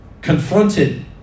Confronted